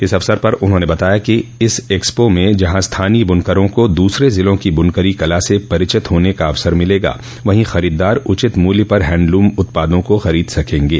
इस अवसर पर उन्होंने बताया कि इस एक्सपो में जहां स्थानीय बुनकरों को दूसरे जिलों की बुनकरी कला से परिचित होने का अवसर मिलेगा वहीं खरीददार उचित मूल्य पर हैण्डलूम उत्पादों को खरीद सकेंगे